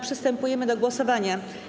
Przystępujemy do głosowania.